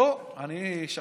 לא, אני שכחתי.